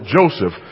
Joseph